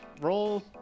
Roll